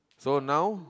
so now